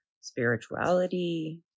Spirituality